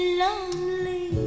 lonely